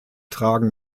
tragen